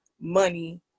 money